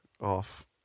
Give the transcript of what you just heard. off